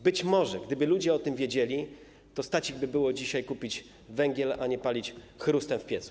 Być może gdyby ludzie o tym wiedzieli, stać ich by było dzisiaj na to, by kupić węgiel, a nie palić chrustem w piecu.